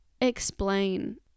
explain